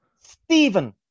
Stephen